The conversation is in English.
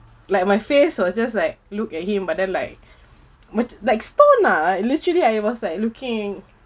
like my face was just like look at him but then like like stone lah literally I was like looking